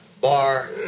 bar